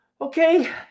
okay